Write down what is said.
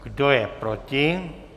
Kdo je proti?